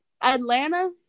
Atlanta